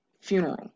funeral